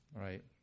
Right